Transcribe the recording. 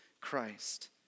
Christ